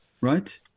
Right